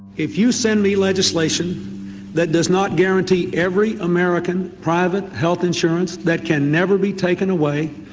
if you send me legislation that does not guarantee every american private health insurance that can never be taken away,